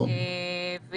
אם